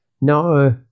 No